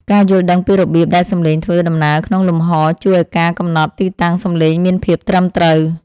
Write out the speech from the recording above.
ការយល់ដឹងពីរបៀបដែលសំឡេងធ្វើដំណើរក្នុងលំហជួយឱ្យការកំណត់ទីតាំងសំឡេងមានភាពត្រឹមត្រូវ។